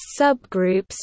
subgroups